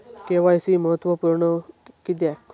KYC महत्त्वपुर्ण किद्याक?